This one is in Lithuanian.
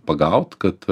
pagaut kad